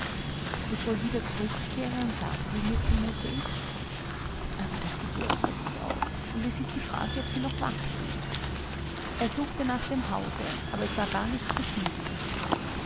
ob ich wohl wieder zurückkehre und sage wie mir zu mute ist aber das sieht lächerlich aus und es ist die frage ob sie noch wach sind er suchte nach dem hause aber es war gar nicht zu finden